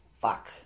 fuck